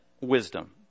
wisdom